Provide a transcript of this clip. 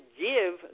give